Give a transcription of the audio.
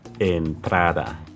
entrada